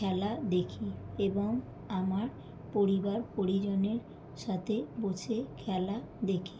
খেলা দেখি এবং আমার পরিবার পরিজনের সাথে বসে খেলা দেখি